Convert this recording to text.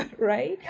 Right